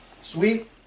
Sweet